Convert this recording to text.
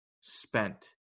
spent